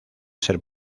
ser